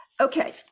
Okay